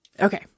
Okay